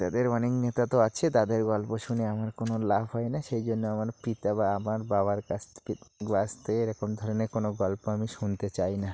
তাদের অনেক নেতা তো আছে তাদের গল্প শুনে আমার কোনও লাভ হয় না সেই জন্য আমার পিতা বা আমার বাবার কাছ থেকে গ্লাস থেকে এরকম ধরনের কোনও গল্প আমি শুনতে চাই না